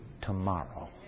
tomorrow